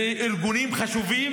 לארגונים חשובים,